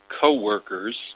co-workers